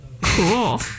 Cool